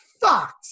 fucked